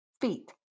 feet